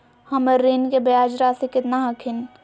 हमर ऋण के ब्याज रासी केतना हखिन?